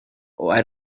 why